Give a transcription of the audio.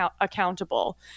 accountable